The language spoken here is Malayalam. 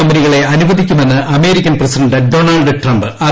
കമ്പനികളെ അനു വദിക്കുമെന്ന് അമേരിക്കൻ പ്രസിഡന്റ് ഡൊണാൾഡ് ട്രംപ് അറിയിച്ചു